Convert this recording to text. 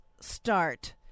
start